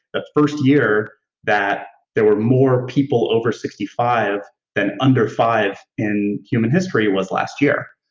the first year that there were more people over sixty five than under five in human history was last year.